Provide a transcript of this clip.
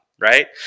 right